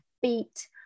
feet